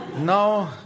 No